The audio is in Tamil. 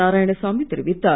நாராயணசாமி தெரிவித்தார்